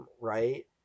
Right